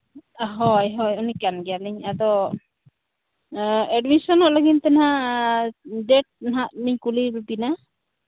ᱦᱳᱭ ᱦᱳᱭ ᱩᱱᱤ ᱠᱟᱱ ᱜᱮᱭᱟᱞᱤᱧ ᱟᱫᱚ ᱮᱰᱢᱤᱥᱚᱱᱚᱜ ᱞᱟᱹᱜᱤᱫᱛᱮ ᱦᱟᱸᱜ ᱰᱮᱴ ᱦᱟᱸᱜ ᱵᱤᱱ ᱠᱩᱞᱤᱭᱟᱜ ᱵᱮᱱᱟ